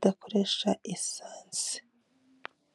harimo n'abandi benshi.